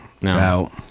No